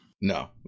no